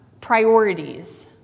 priorities